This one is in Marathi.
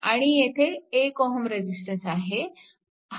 आणि येथे 1Ω रेजिस्टन्स आहे